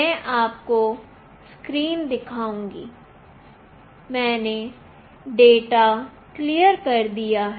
मैं आपको स्क्रीन दिखाऊंगी मैंने डाटा क्लियर कर दिया है